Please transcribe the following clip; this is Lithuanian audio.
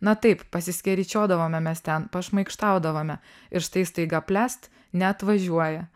na taip pasiskeryčiodavome mes ten pašmaikštaudavome ir štai staiga plest neatvažiuoja